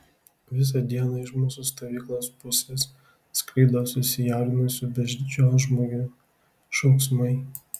visą dieną iš mūsų stovyklos pusės sklido susijaudinusių beždžionžmogių šauksmai